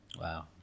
Wow